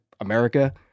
America